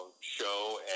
show